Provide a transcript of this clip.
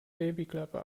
babyklappe